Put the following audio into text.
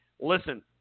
listen